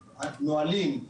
נהלים,